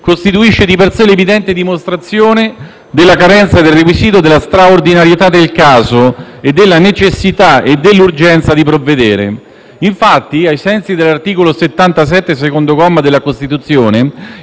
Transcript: costituisce di per sé l'evidente dimostrazione della carenza del requisito della straordinarietà del caso e della necessità e dell'urgenza di provvedere. Infatti, ai sensi dell'articolo 77, secondo comma, della Costituzione,